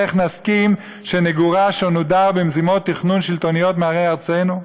איך נסכים שנגורש או נודר במזימות תכנון שלטוניות מערי ארצנו?